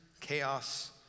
chaos